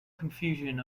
confusion